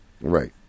Right